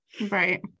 Right